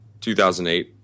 2008